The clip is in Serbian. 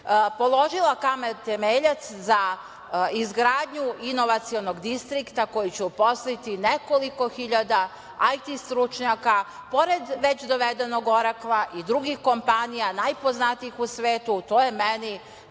položila kamen-temeljac za izgradnju inovacionog distrikta koji će uposliti nekoliko hiljada IT stručnjaka, pored već dovedenog „Orakla“ i drugih kompanija, najpoznatijih u svetu, to je meni